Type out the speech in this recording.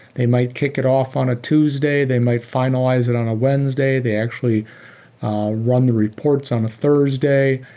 they might kick it off on a tuesday. they might finalize it on wednesday. they actually run the reports on a thursday.